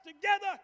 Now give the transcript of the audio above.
together